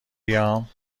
بیام